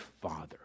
father